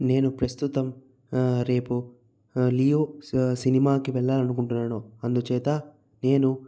నేను ప్రస్తుతం ఆ రేపు లియో సినిమాకు వెళ్ళాలనుకుంటున్నాను అందుచేత నేను